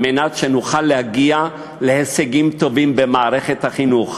על מנת שנוכל להגיע להישגים טובים במערכת החינוך.